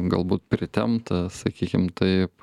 galbūt pritempta sakykim taip